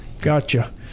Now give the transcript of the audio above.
Gotcha